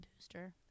booster